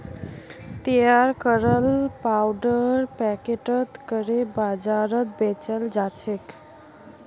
तैयार कराल पाउडर पैकेटत करे बाजारत बेचाल जाछेक